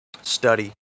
study